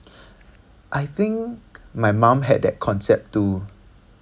I think my mum had that concept too